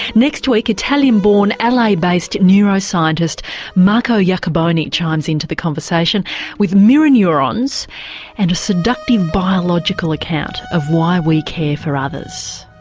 next week, italian-born, la-based neuroscientist marco iacoboni chimes in to the conversation with mirror neurons and a seductive biological account of why we care for others.